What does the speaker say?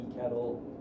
kettle